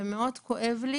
ומאוד כואב לי